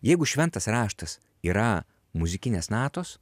jeigu šventas raštas yra muzikinės natos